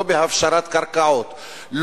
לא בהפשרת קרקעות,